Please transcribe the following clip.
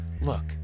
Look